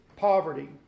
poverty